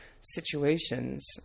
situations